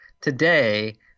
today